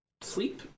sleep